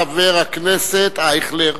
חבר הכנסת אייכלר.